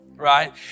right